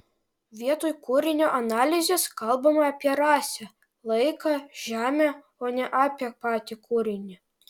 vietoj kūrinio analizės kalbama apie rasę laiką žemę o ne apie patį kūrinį